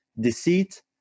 deceit